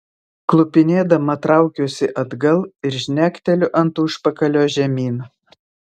klupinėdama traukiuosi atgal ir žnekteliu ant užpakalio žemyn